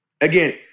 Again